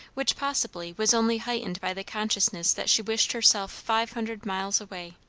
which possibly was only heightened by the consciousness that she wished herself five hundred miles away.